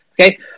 okay